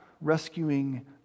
rescuing